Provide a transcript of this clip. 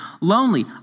lonely